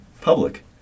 public